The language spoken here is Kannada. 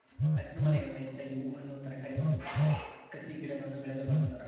ಹಸಿರುಮನೆಗಳನ್ನು ಹೆಚ್ಚಾಗಿ ಹೂ ಹಣ್ಣು ತರಕಾರಿ ಮತ್ತು ಕಸಿಗಿಡಗುಳ್ನ ಬೆಳೆಯಲು ಬಳಸ್ತಾರ